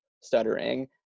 stuttering